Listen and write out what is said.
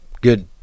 good